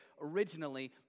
originally